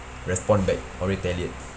respond back or retaliate